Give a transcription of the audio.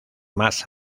más